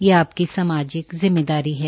यह आपकी सामाजिक जिम्मेदारी भी है